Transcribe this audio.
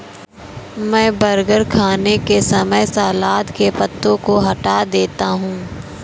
मैं बर्गर खाने के समय सलाद के पत्तों को हटा देता हूं